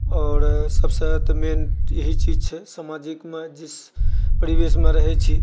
आओर सभसँ तऽ मेन यही चीज छै समाजिकमऽ जिस परिवेशमऽ रहैत छी